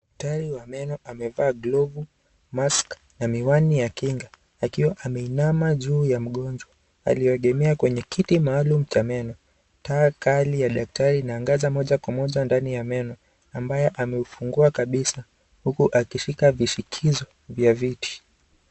Daktari wa meno amevaa glovu, mask na miwani ya kinga, akiwa ameinama juu ya mgonjwa aliyeegemea kwenye kiti maalum cha meno, taa kali ya daktari inaangaza moja kwa moja ndani ya meno ambaye ameufungua kabisa huku akishika vishikizo vya viti.